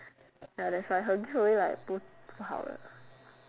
ya that's why her give a away like 不不好的